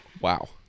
Wow